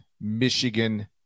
Michigan